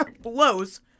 blows